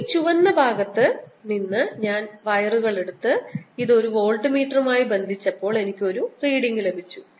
ഈ ചുവന്ന ഭാഗത്ത് നിന്ന് ഞാൻ വയറുകൾ എടുത്ത് ഇത് ഒരു വോൾട്ട്മീറ്ററുമായി ബന്ധിപ്പിച്ചപ്പോൾ എനിക്ക് ഒരു റീഡിങ് ലഭിച്ചു